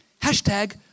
Hashtag